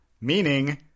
Meaning